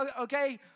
Okay